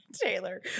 Taylor